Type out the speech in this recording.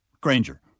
Granger